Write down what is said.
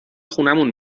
خونمون